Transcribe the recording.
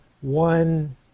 one